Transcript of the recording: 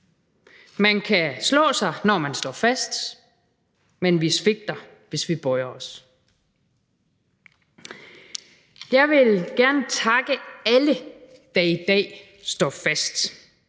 Man kan slå sig, når man står fast, men vi svigter, hvis vi bøjer os. Jeg vil gerne takke alle, der i dag står fast: